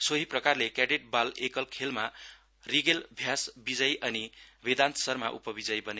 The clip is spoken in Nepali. सोहि प्रकारले क्याडेट बाल एकल खेलमा रिगेल भ्यास विजयी अनि भेदान्त शर्मा उपविजयी बने